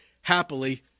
happily